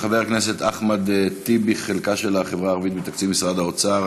של חבר הכנסת אחמד טיבי: חלקה של החברה הערבית בתקציב משרד האוצר.